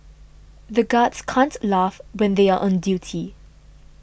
the guards can't laugh when they are on duty